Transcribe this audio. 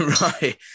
Right